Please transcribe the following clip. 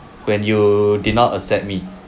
when you did not accept me